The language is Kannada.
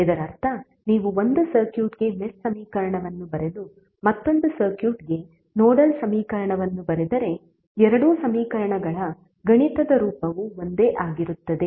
ಇದರರ್ಥ ನೀವು ಒಂದು ಸರ್ಕ್ಯೂಟ್ಗೆ ಮೆಶ್ ಸಮೀಕರಣವನ್ನು ಬರೆದು ಮತ್ತೊಂದು ಸರ್ಕ್ಯೂಟ್ಗೆ ನೋಡಲ್ ಸಮೀಕರಣವನ್ನು ಬರೆದರೆ ಎರಡೂ ಸಮೀಕರಣಗಳ ಗಣಿತದ ರೂಪವು ಒಂದೇ ಆಗಿರುತ್ತದೆ